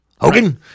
Hogan